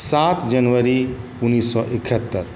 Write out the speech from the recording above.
सात जनवरी उनैस सओ इकहत्तरि